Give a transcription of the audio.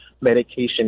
medication